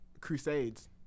Crusades